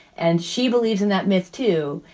and she believes in that myth, too.